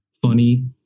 Funny